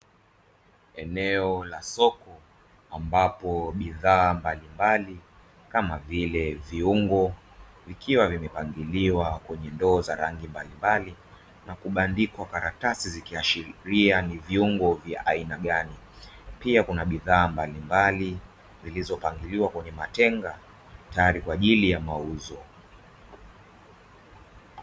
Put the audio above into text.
Eneo la soko ambapo bidhaa mbalimbali kama vile viungo, vikiwa vimepangiliwa kwenye ndoo za rangi mbalimbali. Na kubandikwa karatsi zikiashiria ni viungo vya aina gani, pia kuna bidhaa mbalimbali zilizopangiliwa kwenye matenga tayari kwa ajili ya mauzo.